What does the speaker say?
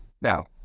Now